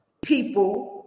people